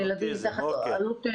על ילדים תחת אלו"ט.